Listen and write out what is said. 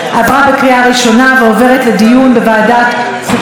עברה בקריאה הראשונה ועוברת לדיון בוועדת החוקה,